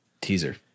teaser